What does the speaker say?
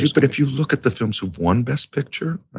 but if you look at the films who've won best picture,